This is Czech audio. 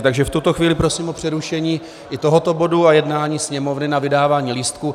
Takže v tuto chvíli prosím o přerušení i tohoto bodu a jednání Sněmovny na vydávání lístků.